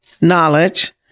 knowledge